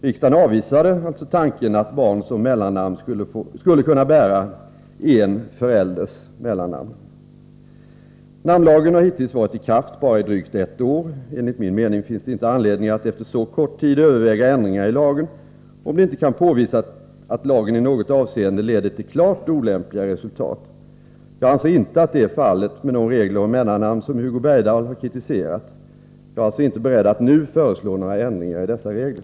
Riksdagen avvisade tanken att barn som mellannamn skulle kunna bära en förälders mellannamn. Namnlagen har hittills varit i kraft bara i drygt ett år. Enligt min mening finns det inte anledning att efter så kort tid överväga ändringar i lagen, om det inte kan påvisas att lagen i något avseende leder till klart olämpliga resultat. Jag anser inte att det är fallet med de regler om mellannamn som Hugo Bergdahl har kritiserat. Jag är alltså inte beredd att nu föreslå några ändringar i dessa regler.